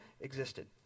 existed